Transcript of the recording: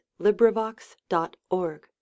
Librivox.org